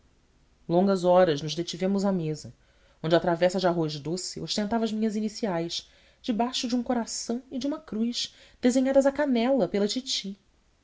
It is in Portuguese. longas horas nos detivemos à mesa onde a travessa de arroz doce ostentava as minhas iniciais debaixo de um coração e de uma cruz desenhadas à canela pela titi